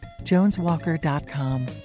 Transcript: JonesWalker.com